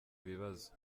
ibibazo